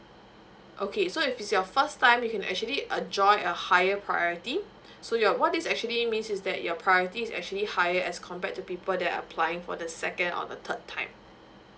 okay so if it's your first time you can actually uh join a higher priority so you're what is actually means is that your priorities actually higher as compared to people that are applying for the second or the third time